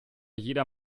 jeder